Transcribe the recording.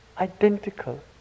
identical